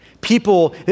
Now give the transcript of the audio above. People